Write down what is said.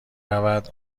رود